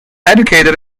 educated